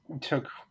took